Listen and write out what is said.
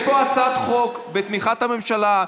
יש פה הצעת חוק בתמיכת הממשלה,